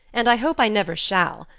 and i hope i never shall.